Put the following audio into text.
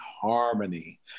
Harmony